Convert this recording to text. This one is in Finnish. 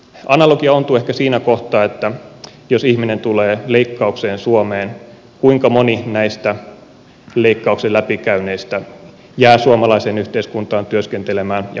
analogia ontuu ehkä siinä kohtaa että jos ihminen tulee leikkaukseen suomeen kuinka moni näistä leikkauksen läpikäyneistä jää suomalaiseen yhteiskuntaan työskentelemään ja maksamaan veroja